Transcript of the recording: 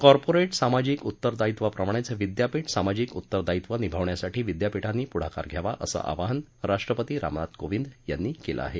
कॉर्पोरि सामाजिक उत्तरदायित्वाप्रमाणेच विद्यापीठ सामाजिक उत्तरदायित्व निभावण्यासाठी विद्यापीठांनी पुढाकार घ्यावा असं आवाहन राष्ट्रपती रामनाथ कोविंद यांनी केलं आहे